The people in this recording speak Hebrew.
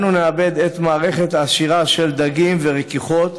אנו נאבד את המערכת העשירה של דגים ורכיכות,